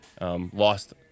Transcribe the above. Lost